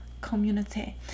community